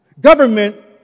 Government